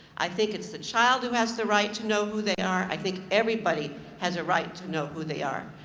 i think it's the child who has the right to know who they are. i think everybody has a right to know who they are.